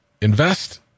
Invest